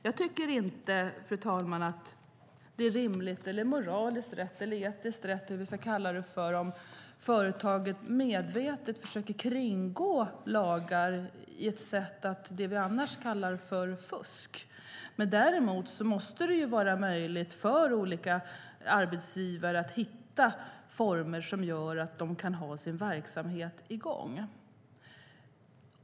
Jag tycker inte, fru talman, att det är rimligt - eller moraliskt eller etiskt rätt - att företaget medvetet försöker kringgå lagar på ett sätt som vi i andra fall kallar för fusk. Däremot måste det vara möjligt för olika arbetsgivare att hitta former som gör att de kan ha sin verksamhet i gång.